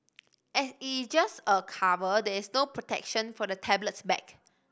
as it is just a cover there is no protection for the tablet's back